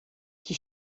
que